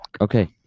Okay